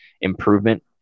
improvement